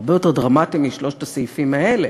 הרבה יותר דרמטי משלושת הסעיפים האלה.